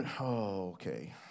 Okay